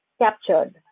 captured